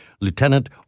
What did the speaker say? Lieutenant